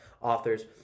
authors